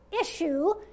issue